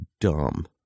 dumb